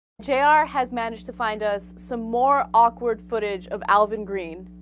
jr ah has managed to find us some more awkward footage of alvin green